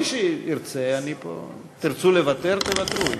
מי שירצה, אני פה, תרצו לוותר, תוותרו.